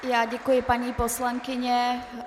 Já děkuji, paní poslankyně.